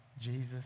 Jesus